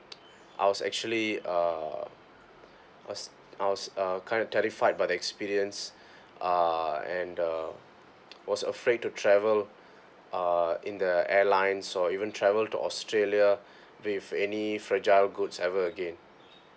I was actually uh cause I was uh kind of terrified by the experience uh and the was afraid to travel uh in the airline so I even travel to australia with any fragile goods ever again